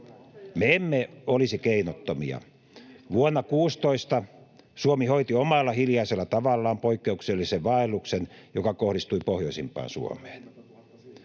Me emme olisi keinottomia. Vuonna 16 Suomi hoiti omalla hiljaisella tavallaan poikkeuksellisen vaelluksen, joka kohdistui pohjoisimpaan Suomeen.